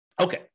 Okay